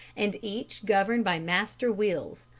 and each governed by master wheels.